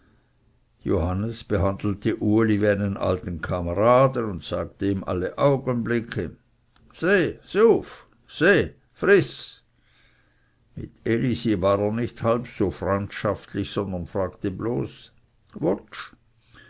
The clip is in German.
johannes behandelte uli wie einen alten kameraden und sagte ihm alle augenblicke seh suf seh friß mit elisi war er nicht halb so freundschaftlich sondern fragte bloß